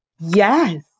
Yes